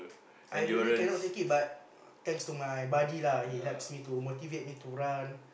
I really cannot take it but thanks to my buddy lah he helps me to motivate me to run